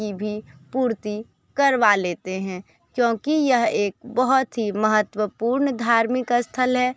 की भी पूर्ति करवा लेते हैं क्योंकि यह एक बहुत ही महत्वपूर्ण धार्मिक स्थल है